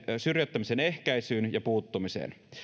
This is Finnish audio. syrjäyttämisen ehkäisyyn ja niihin puuttumiseen